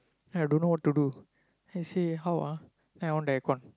then I don't know what to do then I say how ah then I on the aircon